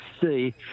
see